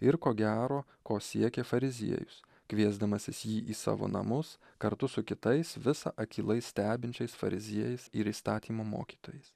ir ko gero ko siekia fariziejus kviesdamasis jį į savo namus kartu su kitais visa akylai stebinčiais fariziejais ir įstatymo mokytojais